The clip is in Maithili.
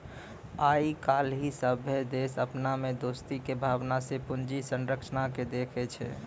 आइ काल्हि सभ्भे देश अपना मे दोस्ती के भावना से पूंजी संरचना के देखै छै